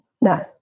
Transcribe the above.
No